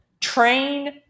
train